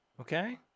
Okay